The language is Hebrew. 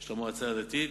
של המועצה הדתית.